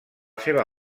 seva